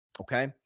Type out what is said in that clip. Okay